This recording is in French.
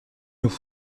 nous